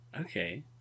okay